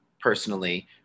personally